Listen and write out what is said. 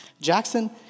Jackson